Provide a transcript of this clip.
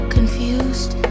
Confused